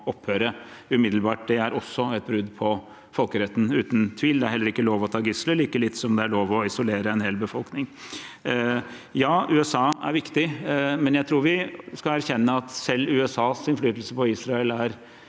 det er også et brudd på folkeretten, uten tvil. Det er ikke lov å ta gisler, like lite som det er lov å isolere en hel befolkning. Ja, USA er viktig, men jeg tror vi skal erkjenne at selv USAs innflytelse på Israel er